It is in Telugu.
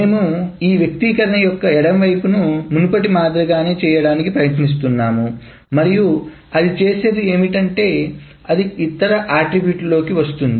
మేము ఈ వ్యక్తీకరణ యొక్క ఎడమ వైపును మునుపటి మాదిరిగానే చేయడానికి ప్రయత్నిస్తున్నాము మరియు అది చేసేది ఏమిటంటే అది ఇతర అట్రిబ్యూట్లలోకి వస్తుంది